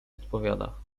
odpowiada